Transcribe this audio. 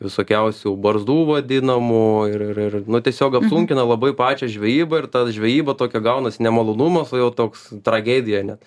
visokiausių barzdų vadinamų ir ir ir nu tiesiog apsunkina labai pačią žvejybą ir ta žvejyba tokia gaunas ne malonumas o jau toks tragedija net